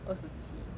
二十七